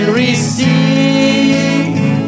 receive